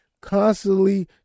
constantly